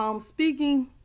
speaking